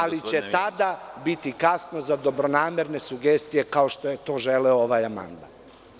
Ali će tada biti kasno za dobronamerne sugestije, kao što je to želeo ovaj amandman.